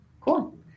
cool